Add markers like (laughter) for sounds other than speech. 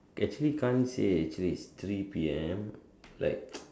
actually can't see actually three P_M like (noise)